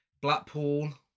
Blackpool